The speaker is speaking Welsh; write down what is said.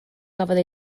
gafodd